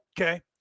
Okay